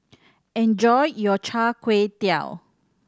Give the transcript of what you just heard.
enjoy your Char Kway Teow